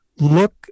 look